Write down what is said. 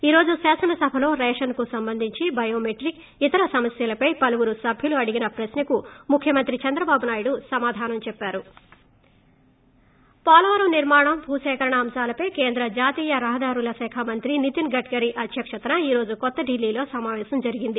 ఈ రోజు శాసనసభలో రేషన్కు సంబంధించి బయోమెట్రిక్ ఇతర సమస్యలపై పలువురు సభ్యులు అడిగిన ప్రక్న కు ముఖ్యమంత్రి చంద్రబాబు నాయుడు సమాధానం చెప్పారు పోలవరం నిర్మాణం భూసీకరణ అంశాలపై కేంద్ర జాతీయ రహదారుల శాఖ మంత్రి నితిన్ గడ్కరీ అధ్యక్షతన ఈ రోజు కొత్త ఢిల్లీలో సమాపేశం జరిగింది